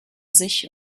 sich